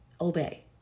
obey